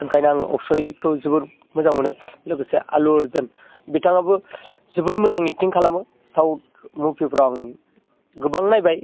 ओंखायनो आं अक्सयखौ जोबोर मोजां मोनो लोगोसे आलु अर्जुन बिथाङाबो जोबोर मोजां एक्टिं खालामो साउट मभिफ्राव आं गोबां नायबाय